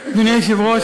היושב-ראש,